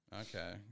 okay